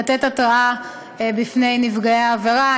לתת התרעה לנפגעי העבירה.